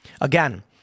Again